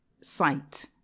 sight